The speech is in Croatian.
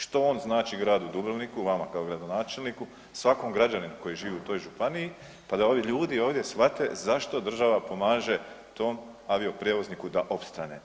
Što on znači gradu Dubrovniku i vama kao gradonačelniku, svakom građaninu koji živi u toj županiji, pa da ovi ljudi ovdje shvate zašto država pomaže tom avioprijevozniku da opstane?